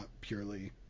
purely